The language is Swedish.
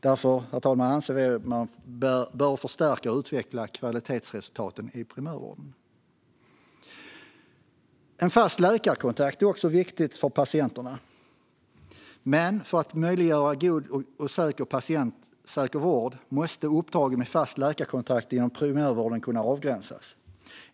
Därför, herr talman, anser vi att man bör förstärka och utveckla kvalitetsresultaten i primärvården. En fast läkarkontakt är också viktigt för patienterna. Men för att möjliggöra god och patientsäker vård måste uppdragen med fast läkarkontakt inom primärvården kunna avgränsas.